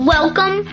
Welcome